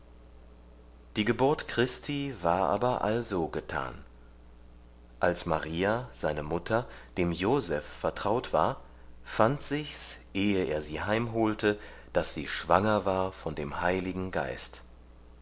die geburt christi war aber also getan als maria seine mutter dem joseph vertraut war fand sich's ehe er sie heimholte daß sie schwanger war von dem heiligen geist